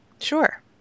Sure